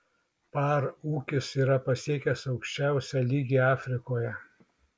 par ūkis yra pasiekęs aukščiausią lygį afrikoje